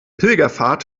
pilgerpfad